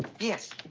yes.